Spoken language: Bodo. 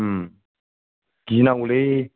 गिनांगौलै